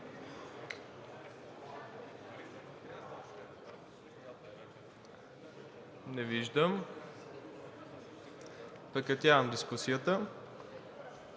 Не виждам. Прекратявам дискусията.